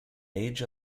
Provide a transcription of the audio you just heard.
age